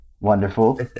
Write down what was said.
Wonderful